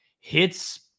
hits